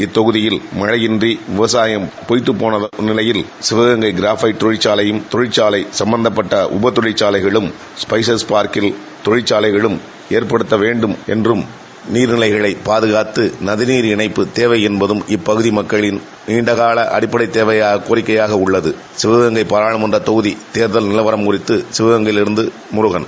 இத்தொகுதியில் மழையின்றி பொய்த்தட்போன நிலையில் சிவகங்கயைில் உள்ள கிராஃபைட் தொழிற்சாலை சம்பந்தப்பட்ட உப தொழிற்சாலைகளும் ஸ்டைசஸ் பார்க்கில் தொழிற்சாலைகளும் எற்படுத்தி வேலை வாய்ப்பை ஏற்படுத்தித் தாவேண்டும் என்றம் நீர்நிலைகளை பாதுகாத்து நதிநீர் இணைப்பு தேவை என்பதம் இப்பகுதி மக்களின் நீண்டகால ஷடப்படை கோரிக்கையாக உள்ளது சிவகங்கை பாராளுமன்ற தொகுதி தேர்தல் நிலவாம் குறித்து சிவகங்கையிலிருந்து முருகன்